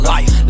Life